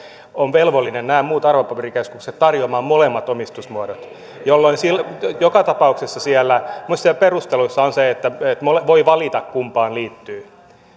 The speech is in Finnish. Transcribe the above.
nämä muut arvopaperikeskukset ovat velvollisia tarjoamaan molemmat omistusmuodot jolloin joka tapauksessa siellä minusta siellä perusteluissa on se että voi valita kumpaan liittyy